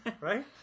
right